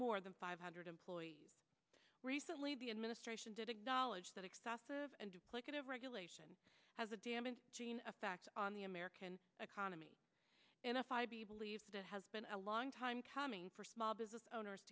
more than five hundred employees recently the administration did acknowledge that excessive and regulation has a damning effect on the american economy and a five day believe that has been a long time coming for small business owners